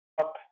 up